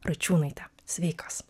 račiūnaitę sveikos